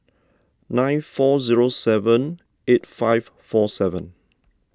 nine four zero seven eight five four seven